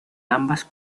ambas